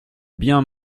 bien